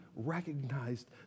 recognized